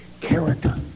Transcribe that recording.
character